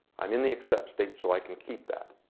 i'm in the except state, so i can keep that.